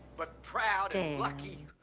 but proud and lucky,